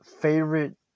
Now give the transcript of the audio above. favorite